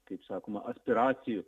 kaip sakoma aspiracijų